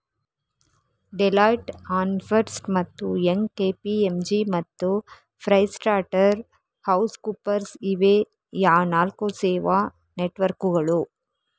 Deloitte, Ernst ಮತ್ತು Young, KPMG ಮತ್ತು PricewaterhouseCoopers ಇವೇ ಆ ನಾಲ್ಕು ಸೇವಾ ನೆಟ್ವರ್ಕ್ಕುಗಳು